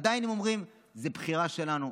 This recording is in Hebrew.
עדיין, הן אומרות, זו בחירה שלנו,